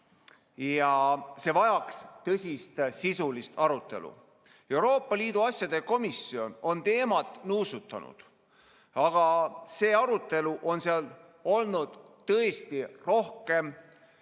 ja see vajaks tõsist sisulist arutelu. Euroopa Liidu asjade komisjon on teemat nuusutanud, aga see arutelu on seal olnud tõesti rohkem